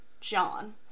John